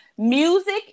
music